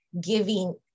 giving